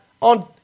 on